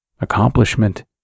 accomplishment